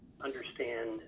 understand